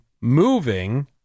moving